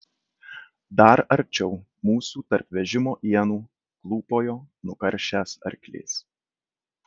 dar arčiau mūsų tarp vežimo ienų klūpojo nukaršęs arklys